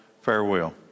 farewell